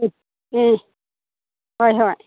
ꯑꯥ ꯑꯥ ꯍꯣꯏ ꯍꯣꯏ